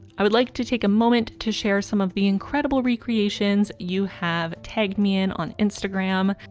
i would like to take a moment to share some of the incredible recreations you have tagged me in on instagram.